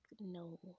no